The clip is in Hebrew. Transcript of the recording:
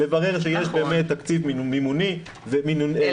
לברר שיש באמת תקציב מימוני ויש,